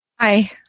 Hi